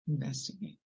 investigate